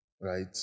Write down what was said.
right